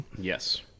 yes